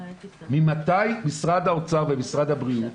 ממתי משרד האוצר ומשרד הבריאות,